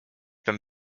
them